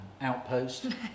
Outpost